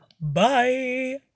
Bye